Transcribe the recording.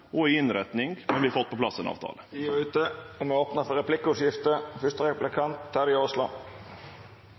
og i innretning, og vi har fått på plass ein avtale. Tida er ute. Det vert replikkordskifte. Det er artig å sitte og